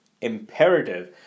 imperative